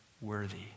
worthy